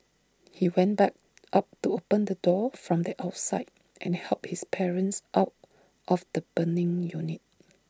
he went back up to open the door from the outside and helped his parents out of the burning unit